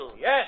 Yes